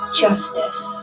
justice